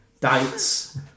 dates